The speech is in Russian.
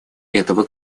этого